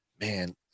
man